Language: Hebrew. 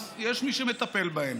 אז יש מי שמטפל בהן.